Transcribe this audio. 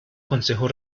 consejo